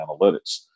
analytics